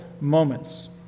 moments